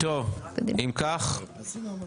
טוב, אם כך מי בעד?